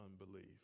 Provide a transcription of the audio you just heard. unbelief